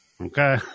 Okay